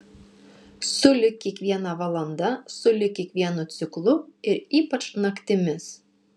sulig kiekviena valanda sulig kiekvienu ciklu ir ypač naktimis